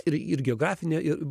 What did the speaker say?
ir ir geografine ir